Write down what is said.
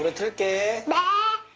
take a nap.